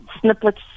snippets